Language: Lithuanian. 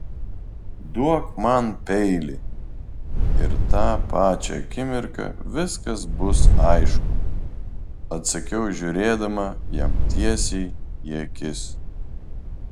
duok man peilį ir tą pačią akimirką viskas bus aišku atsakiau žiūrėdama jam tiesiai į akis